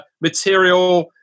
material